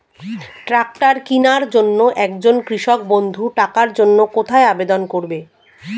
Tractor কিনার জন্য একজন কৃষক বন্ধু টাকার জন্য কোথায় আবেদন করবে?